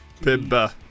Pibba